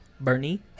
Bernie